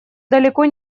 далеко